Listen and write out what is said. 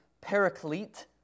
paraclete